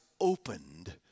opened